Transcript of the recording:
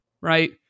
right